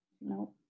No